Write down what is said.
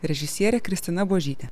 režisierė kristina buožytė